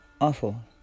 awful